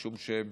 משום שהם